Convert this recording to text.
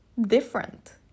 different